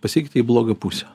pasikeitė į blogą pusę